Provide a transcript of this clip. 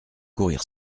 courir